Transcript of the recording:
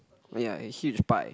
oh ya it's huge pie